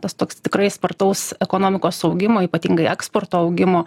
tas toks tikrai spartaus ekonomikos augimo ypatingai eksporto augimo